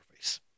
interface